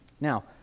Now